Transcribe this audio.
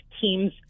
teams